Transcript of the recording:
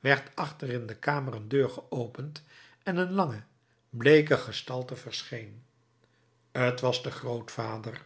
werd achter in de kamer een deur geopend en een lange bleeke gestalte verscheen t was de grootvader